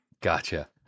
Gotcha